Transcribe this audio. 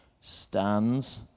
stands